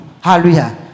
Hallelujah